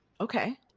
Okay